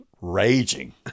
raging